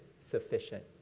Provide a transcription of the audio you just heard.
sufficient